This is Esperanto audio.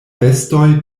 bestoj